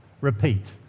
repeat